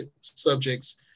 subjects